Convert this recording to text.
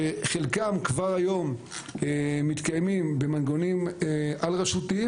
חלקם כבר היום מתקיימים במנגנונים על-רשותיים,